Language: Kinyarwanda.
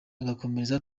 agakomereza